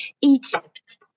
Egypt